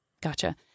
Gotcha